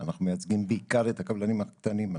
אנחנו מייצגים בעיקר את הקבלנים הקטנים.